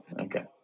Okay